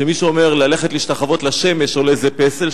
מי שאומר ללכת להשתחוות לשמש או לאיזה פסל,